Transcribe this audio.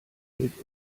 hält